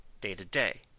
day-to-day